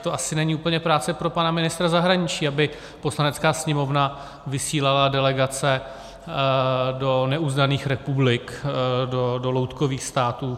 To asi není tak úplně práce pro pana ministra zahraničí, aby Poslanecká sněmovna vysílala delegace do neuznaných republik, do loutkových států.